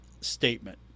statement